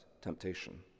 temptation